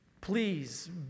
please